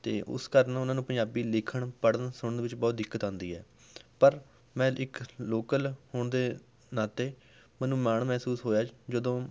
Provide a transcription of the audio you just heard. ਅਤੇ ਉਸ ਕਾਰਨ ਉਹਨਾਂ ਨੂੰ ਪੰਜਾਬੀ ਲਿਖਣ ਪੜ੍ਹਨ ਸੁਣਨ ਵਿੱਚ ਬਹੁਤ ਦਿੱਕਤ ਆਉਂਦੀ ਹੈ ਪਰ ਮੈਂ ਇੱਕ ਲੋਕਲ ਹੋਣ ਦੇ ਨਾਤੇ ਮੈਨੂੰ ਮਾਣ ਮਹਿਸੂਸ ਹੋਇਆ ਜਦੋਂ